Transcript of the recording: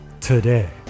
today